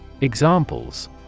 Examples